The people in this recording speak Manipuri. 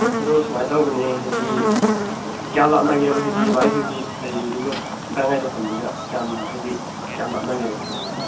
ꯑꯗꯣ ꯁꯨꯃꯥꯏ ꯇꯧꯕꯅꯤ ꯍꯥꯏꯗꯤ ꯀ꯭ꯌꯥꯝ ꯂꯥꯞꯅꯒꯦꯕ ꯍꯥꯏꯗꯤ ꯚꯥꯏꯈꯣꯏꯒꯤ ꯂꯩꯔꯤꯕꯗꯨꯒ ꯒꯥꯟꯉꯥꯏ ꯇꯧꯐꯝꯁꯤꯒ ꯀ꯭ꯌꯥꯝ ꯍꯥꯏꯗꯤ ꯀ꯭ꯌꯥꯝ ꯂꯥꯞꯅꯒꯦꯕ